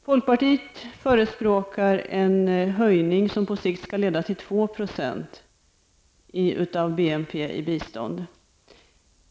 Folkpartiet förespråkar en höjning som på sikt skall leda till 2 % av BNP i bistånd.